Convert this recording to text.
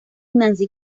nancy